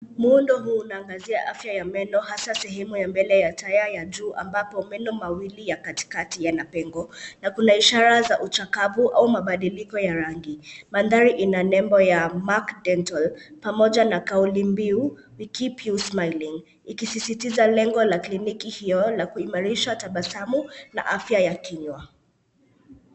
Muundo huu una angazia afya ya meno hasa sehemu ya mbele ya taya ya juu ambapo meno mawili ya katikati yana pengo na kuna ishara za uchakavu au mabadiliko ya rangi. Mandhari ina nembo ya Mark Dental pamoja na kauli mbiu, we keep you smiling Ikisisitiza lengo la kliniki hiyo la kuimarisha tabasamu na afya ya kinywa.